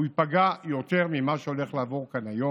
הוא ייפגע יותר ממה שהולך לעבור כאן היום.